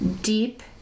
deep